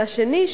השני,